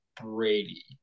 Brady